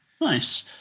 Nice